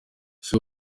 ese